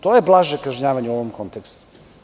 To je blaže kažnjavanje u ovom kontekstu.